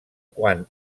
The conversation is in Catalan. quan